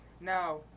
Now